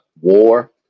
war